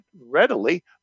readily